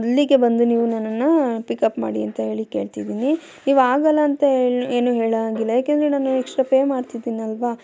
ಅಲ್ಲಿಗೆ ಬಂದು ನೀವು ನನ್ನನ್ನು ಪಿಕಪ್ ಮಾಡಿ ಅಂತ ಹೇಳಿ ಕೇಳ್ತಿದ್ದೀನಿ ನೀವು ಆಗಲ್ಲ ಅಂತ ಏನು ಹೇಳೋದು ಆಗಿಲ್ಲ ಏಕೆಂದ್ರೆ ನಾನು ಎಕ್ಸ್ಟ್ರಾ ಪೆ ಮಾಡ್ತಿದ್ದೀನಲ್ವ